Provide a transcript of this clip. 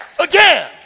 Again